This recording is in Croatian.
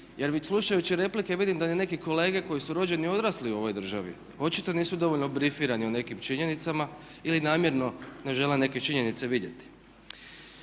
Jer već slušajući replike vidim da ni neki kolege koji su rođeni i odrasli u ovoj državi očito nisu dovoljno brifirani o nekim činjenicama ili namjerno ne žele neke činjenice vidjeti.